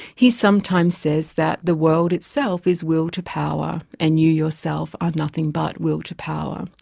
he sometimes says that the world itself is will to power, and you yourself are nothing but will to power.